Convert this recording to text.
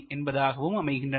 என்பதாகவும் அமைகின்றன